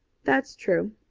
that's true.